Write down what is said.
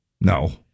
No